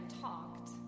talked